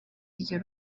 iryo